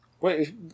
Wait